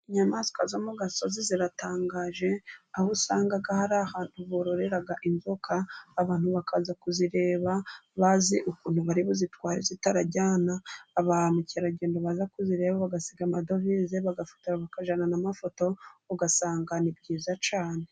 Inyamaswa zo mu gasozi ziratangaje, aho usangaga hari ahantu bororera inzoka abantu bakaza kuzireba bazi ukuntu bari buzitware zitararyana ba mukerarugendo baza kuzireba bagasiga amadovize, bagafotora kajyana n'amafoto ugasanga ni byiza cyane.